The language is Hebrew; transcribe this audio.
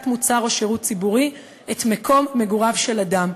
מוצר או שירות ציבורי את מקום מגוריו של אדם,